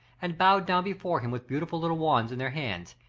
and bowed down before him with beautiful little wands in their hands,